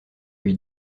lui